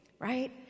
right